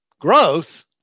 growth